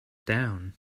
down